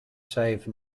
save